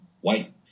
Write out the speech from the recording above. white